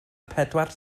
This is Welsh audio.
pedwar